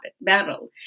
battle